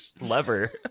lever